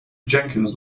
jenkins